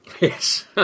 Yes